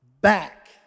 back